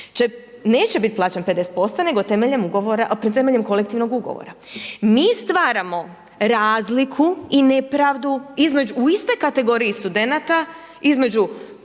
neće biti plaćen 50%, nego temeljem kolektivnog ugovora. Mi stvaramo razliku i nepravdu u istoj kategoriji studenata između